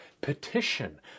petition